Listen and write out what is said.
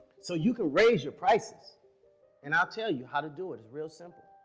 so you can raise your prices and i'll tell you how to do it. it's real simple.